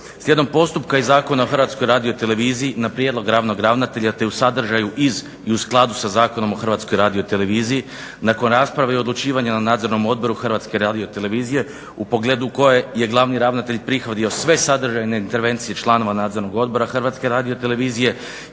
Slijedom postupka i Zakona o HRT-u na prijedlog glavnog ravnatelja te u sadržaju i u skladu sa Zakonom o HTR-u nakon rasprave i odlučivanja o Nadzornom odboru HRT-a u pogledu koje je glavni ravnatelj prihodio sve sadržajne intervencije članova Nadzornog odbora HRT-a jednoglasno je